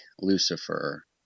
Lucifer